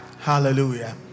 Hallelujah